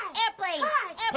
airplanes.